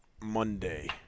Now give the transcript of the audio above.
Monday